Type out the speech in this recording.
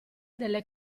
delle